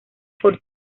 por